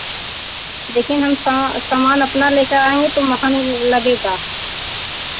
लेकिन हम सामान अपना लेकर आएंगे तो महंग लगेगा